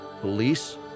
police